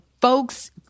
folks